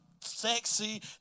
sexy